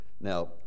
Now